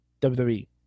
WWE